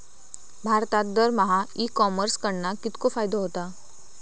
भारतात दरमहा e commerce कडणा कितको फायदो होता?